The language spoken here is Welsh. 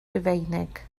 rufeinig